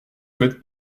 souhaite